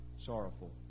sorrowful